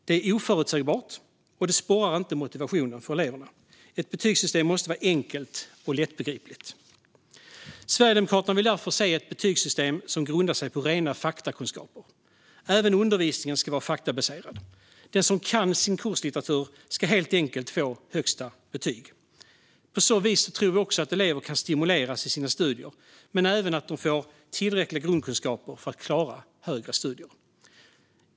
Det är oförutsägbart och sporrar inte elevernas motivation. Ett betygssystem måste vara enkelt och lättbegripligt. Sverigedemokraterna vill därför se ett betygssystem som grundar sig på rena faktakunskaper. Även undervisningen ska vara faktabaserad. Den som kan sin kurslitteratur ska helt enkelt få högsta betyg. På så vis tror vi att elever kan stimuleras i sina studier och även få tillräckliga grundkunskaper för att klara högre studier.